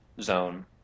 Zone